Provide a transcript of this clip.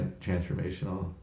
transformational